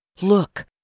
Look